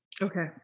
Okay